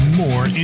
more